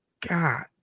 God